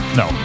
no